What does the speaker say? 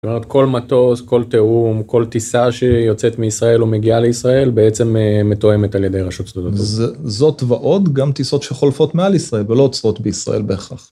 זאת אומרת, כל מטוס, כל תיאום, כל טיסה שיוצאת מישראל או מגיעה לישראל, בעצם מתואמת על ידי רשות שדות התעופה. זאת ועוד, גם טיסות שחולפות מעל ישראל ולא עוצרות בישראל בהכרח.